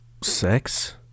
sex